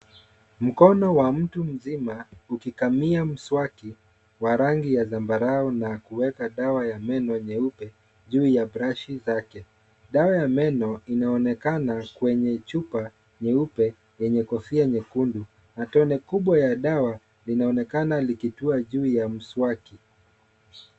Mkono wa mtu mzima, ukikamia mswaki wa rangi ya zambarao na kuweka dawa ya meno nyeupe, juu ya brashi zake. Dawa ya meno inaonekana kwenye chupa nyeupe, yenye kofia nyekundu na tone kubwa ya dawa, linaonekan likitua juu ya mswaki.